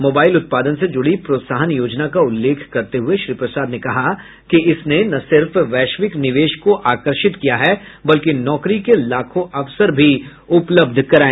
mobile उत्पादन से जुड़ी प्रोत्साहन योजना का उल्लेख करते हुए श्री प्रसाद ने कहा कि इसने न सिर्फ वैश्विक निवेश को आकर्षित किया बल्कि नौकरी के लाखों अवसर भी उपलब्ध कराए